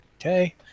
Okay